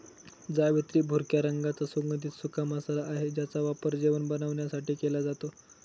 जावेत्री भुरक्या रंगाचा सुगंधित सुका मसाला आहे ज्याचा वापर जेवण बनवण्यासाठी केला जातो